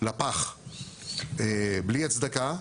לפח בלי הצדקה.